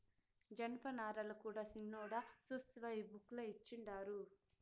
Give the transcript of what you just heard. జనపనారల కూడా సిన్నోడా సూస్తివా ఈ బుక్ ల ఇచ్చిండారు